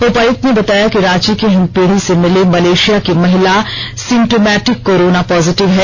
उपायुक्त ने बताया कि रांची के हिन्दपीढ़ी से मिली मलेषिया की महिला सिमटोमैटिक कोरोना पॉजिटिव है